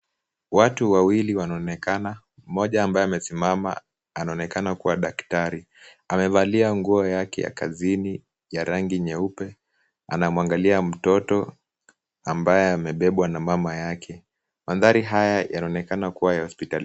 Watu wawili wanaonekana. Mmoja ambaye amesimama anonekana kuwa daktari. Amevalia nguo yake ya kazini ya rangi nyeupe. Anamwangalia mtoto ambaye amebebwa na mama yake. Mandhari haya yanaonekana kuwa ya hospitali.